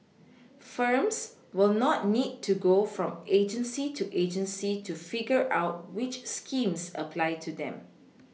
firms will not need to go from agency to agency to figure out which schemes apply to them